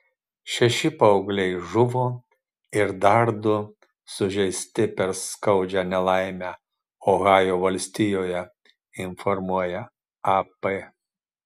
šeši paaugliai žuvo ir dar du sužeisti per skaudžią nelaimę ohajo valstijoje informuoja ap